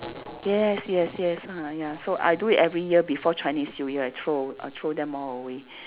yes yes yes ah ya so I do it every year before Chinese New Year I throw I throw them all away